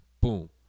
boom